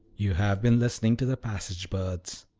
you have been listening to the passage birds.